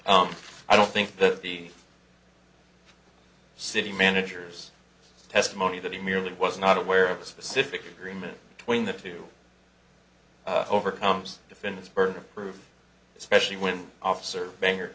policy i don't think that the city managers testimony that he merely was not aware of a specific agreement between the two overcomes defendants burden of proof especially when officer bang